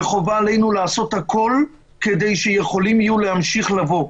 וחובה עלינו לעשות הכול כדי שיכולים יהיו להמשיך לבוא.